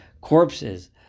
corpses